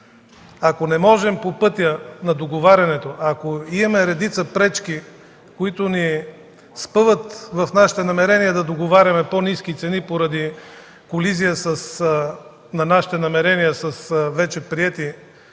ако не можем по пътя на договарянето, ако има редица пречки, които ни спъват в намеренията ни да договаряме по-ниски цени поради колизия на намеренията ни с вече приети закони